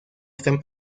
están